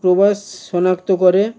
প্রবাস শনাক্ত করে